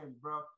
bro